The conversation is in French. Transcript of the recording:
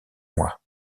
mois